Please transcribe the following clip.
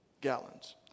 gallons